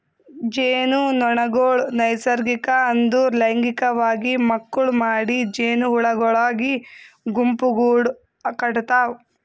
ಜೇನುನೊಣಗೊಳ್ ನೈಸರ್ಗಿಕ ಅಂದುರ್ ಲೈಂಗಿಕವಾಗಿ ಮಕ್ಕುಳ್ ಮಾಡಿ ಜೇನುಹುಳಗೊಳಾಗಿ ಗುಂಪುಗೂಡ್ ಕಟತಾವ್